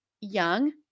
young